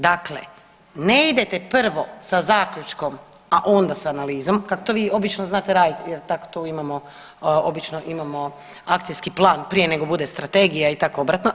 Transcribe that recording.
Dakle, ne idete prvo sa zaključkom, a onda sa analizom kako vi to obično znate raditi jer tak tu imamo, obično imamo akcijski plan prije nego bude strategija i tako obratno.